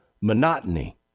monotony